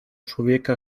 człowieka